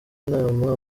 inama